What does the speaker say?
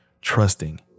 trusting